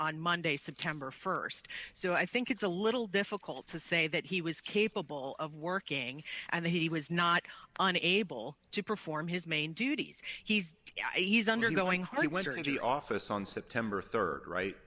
on monday september st so i think it's a little difficult to say that he was capable of working and he was not an able to perform his main duties he's he's undergoing how he went and to the office on september rd right